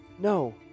no